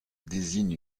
désigne